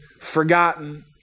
forgotten